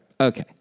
Okay